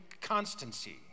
constancy